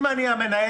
אם אני המנהל,